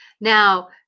Now